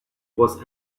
was